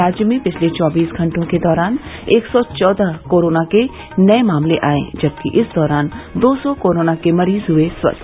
राज्य में पिछले चौबीस घंटों के दौरान एक सौ चौदह कोरोना के नए मामले आए जबकि इस दौरान दो सौ कोरोना के मरीज हुए स्वस्थ